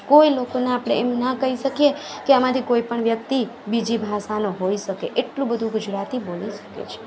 કોઈ લોકોને આપણે એમ ના કહી શકીએ કે આમાંથી કોઈ પણ વ્યક્તિ બીજી ભાષાનો હોઈ શકે એટલું બધું ગુજરાતી બોલી શકે છે